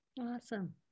Awesome